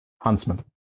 huntsman